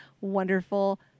wonderful